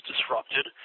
disrupted